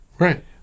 Right